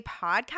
podcast